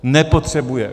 Nepotřebuje.